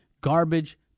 garbage